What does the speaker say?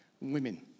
Women